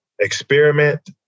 experiment